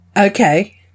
okay